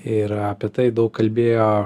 ir apie tai daug kalbėjo